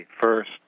first